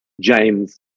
James